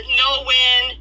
no-win